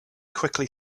quickly